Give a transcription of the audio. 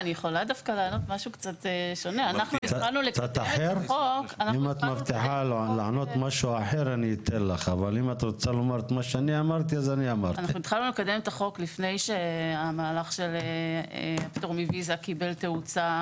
התחלנו לקדם את החוק לפני שהמהלך של הפטור מוויזה קיבל תאוצה.